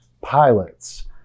pilots